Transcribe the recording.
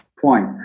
point